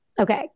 Okay